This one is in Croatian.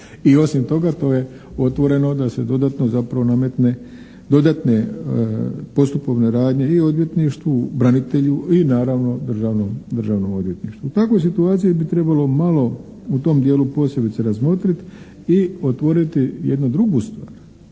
I osim toga to je otvoreno da se dodatno zapravo nametne dodatne postupovne radnje i odvjetništvu, branitelju i naravno Državnom odvjetništvu. U takvoj situaciji bi trebalo malo, u tom djelu posebice razmotrit i otvoriti jednu drugu stvar.